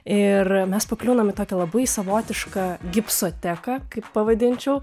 ir mes pakliūnam į tokią labai savotišką gipsoteką kaip pavadinčiau